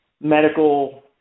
medical